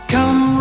Come